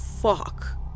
fuck